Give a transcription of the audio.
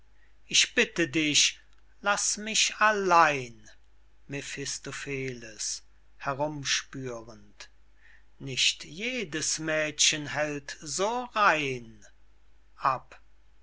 ich bitte dich laß mich allein mephistopheles herumspürend nicht jedes mädchen hält so rein